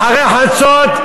אחרי חצות,